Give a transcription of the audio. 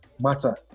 matter